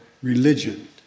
Religion